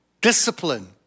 discipline